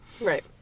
Right